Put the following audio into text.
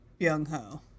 Byung-Ho